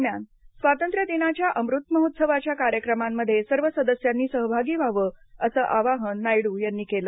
दरम्यान स्वातंत्र्य दिनाच्या अमृत महोत्सवाच्या कार्यक्रमांमध्ये सर्व सदस्यांनी सहभागी व्हावं असं आवाहन नायडू यांनी केलं